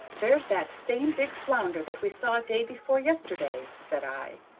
there is that same big flounder that we saw day before yesterday, said i.